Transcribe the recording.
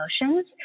emotions